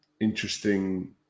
interesting